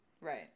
Right